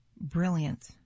brilliant